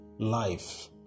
Life